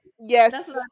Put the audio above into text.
yes